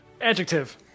Adjective